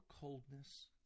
coldness